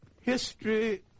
History